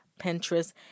Pinterest